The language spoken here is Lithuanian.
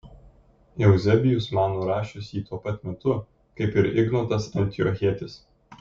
euzebijus mano rašius jį tuo pat metu kaip ir ignotas antiochietis